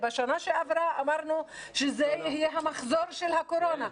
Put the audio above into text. בשנה שעברה אמרנו שזה יהיה המחזור של הקורונה.